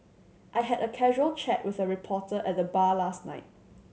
I had a casual chat with a reporter at the bar last night